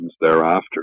thereafter